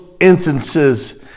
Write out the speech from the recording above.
instances